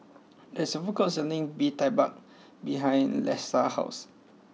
there's a food court selling Bee Tai Mak behind Leesa's house